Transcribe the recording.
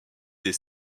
des